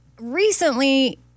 recently